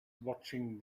watching